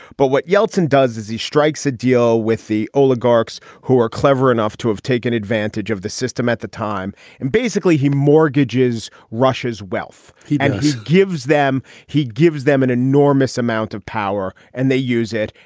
but what yeltsin does is he strikes a deal with the oligarchs who are clever enough to have taken advantage of the system at the time. and basically, he mortgages russia's wealth. he gives them he gives them an enormous amount of power and they use it.